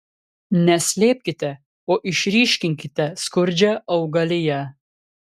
ne slėpkite o išryškinkite skurdžią augaliją